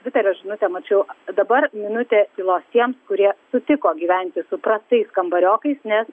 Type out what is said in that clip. tviterio žinutę mačiau dabar minutė tylos tiems kurie sutiko gyventi su prastais kambariokais nes